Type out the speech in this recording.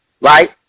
right